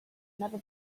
never